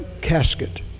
casket